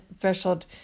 threshold